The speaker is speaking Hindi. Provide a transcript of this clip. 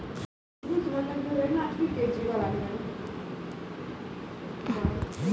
प्रधानमंत्री जन धन योजना का मकसद लोगों को बैंकिंग से जोड़ना था जो वंचित थे